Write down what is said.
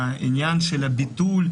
העניין של הביטול,